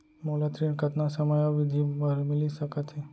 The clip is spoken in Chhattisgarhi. मोला ऋण कतना समयावधि भर मिलिस सकत हे?